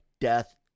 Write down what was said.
death